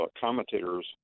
commentators